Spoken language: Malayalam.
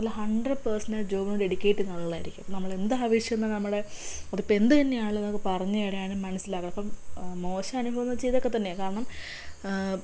നല്ല ഹൺഡ്രഡ് പേർസൻറ്റേജ് ജോബിനോട് ഡെഡിക്കേറ്റ് ചെയ്യുന്ന ആളുകളായിരിക്കും നമ്മളെന്ത് ആവശ്യമെന്നാൽ നമ്മുടെ അതിപ്പം എന്ത് തന്നെ ആണേലും നമുക്ക് പറഞ്ഞ് തരാനും മനസ്സിലാക്കണം അപ്പം മോശനുഭവമെന്ന് വച്ചാൽ ഇതൊക്കെ തന്നെയാ കാരണം